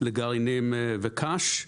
לגרעינים וקש,